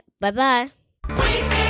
bye-bye